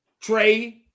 Trey